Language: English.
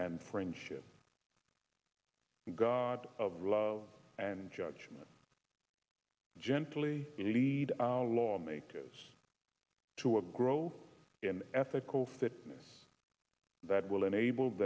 and friendship god of love and judgment gently lead our lawmakers to a growth in ethical fitness that will enable